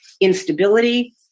instability